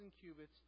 cubits